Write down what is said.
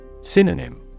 Synonym